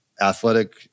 Athletic